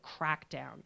crackdown